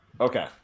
Okay